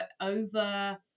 over